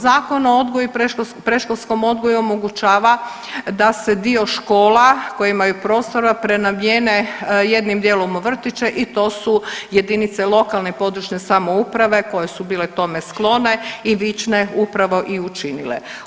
Zakon o odgoju i predškolskom odgoju omogućava da se dio škola koje imaju prostora prenamijene jednim dijelom u vrtiće i to su jedinice lokalne i područne samouprave koje su bile tome sklone i vične upravo i učinile.